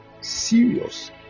serious